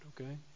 okay